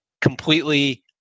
completely